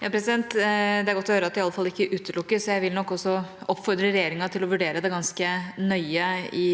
Det er godt å høre at det iallfall ikke utelukkes. Jeg vil nok også oppfordre regjeringa til å vurdere det ganske nøye i